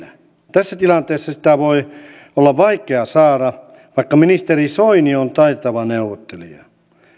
tässä tilanteessa sitä voi olla vaikea saada vaikka ministeri soini on taitava neuvottelija